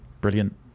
brilliant